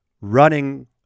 running